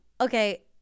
okay